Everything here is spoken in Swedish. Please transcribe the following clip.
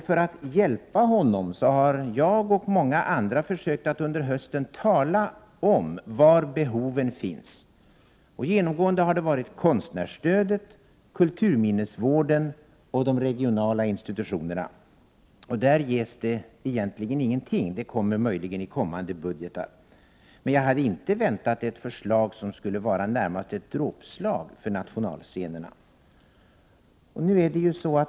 För att hjälpa honom har jag och många andra försökt att under hösten tala om, var behoven finns. Det har genomgående varit fråga om konstnärsstödet, kulturminnesvården och de regionala institutionerna. Till dem ges det egentligen ingenting. Det 173 Prot. 1988/89:86 kommer möjligen medel i kommande budgetar. Men jag hade inte väntat 22 mars 1989 mig ett förslag, som närmast skulle vara ett dråpslag för nationalscenerna. Ao sm. 4.